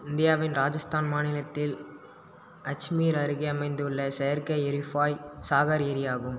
இந்தியாவின் ராஜஸ்தான் மாநிலத்தில் அஜ்மீர் அருகே அமைந்துள்ள செயற்கை எரிஃபாய் சாகர் ஏரியாகும்